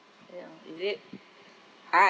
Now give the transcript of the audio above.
ya is it art